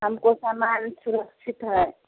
हमारा सामान सुरक्षित है